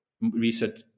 research